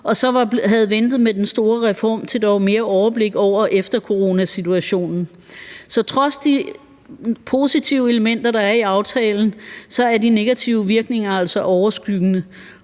og så havde ventet med den store reform, til der var mere overblik efter coronasituationen. Så trods de positive elementer, der er i aftalen, er de negative virkninger altså overskyggende,